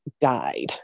died